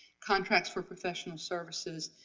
contracts for professional services,